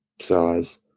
size